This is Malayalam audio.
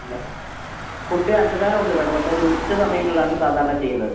പിന്നെ ഫുഡ് അന്നദാനം ഉണ്ട് മേഡം പക്ഷേ അത് ഉച്ച സമയങ്ങളിലാണ് സാധാരണ ചെയ്യുന്നത്